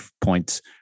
points